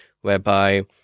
Whereby